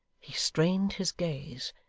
he strained his gaze,